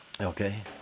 Okay